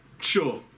Sure